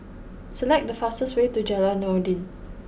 select the faster way to Jalan Noordin